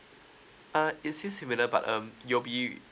uh it's still similar but um you'll be